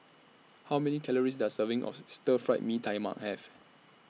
How Many Calories Does Serving of Stir Fried Mee Tai Mak Have